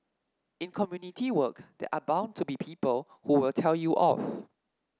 in community work there are bound to be people who will tell you off